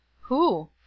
Who